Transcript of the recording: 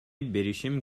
беришим